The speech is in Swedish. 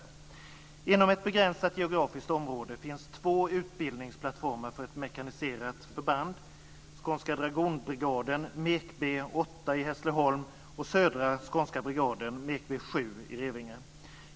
Inom ett begränsat geografiskt område finns två utbildningsplattformar för mekaniserade förband, Södra skånska brigaden MekB 7 i Revinge.